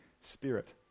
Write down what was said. spirit